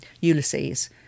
Ulysses